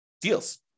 deals